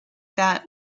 that